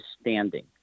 standing